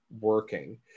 working